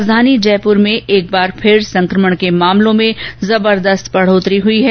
राजधानी जयपुर में एक बार फिर संक्रमण के मामलों में जबरदस्त बढोतरी हुई है